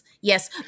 Yes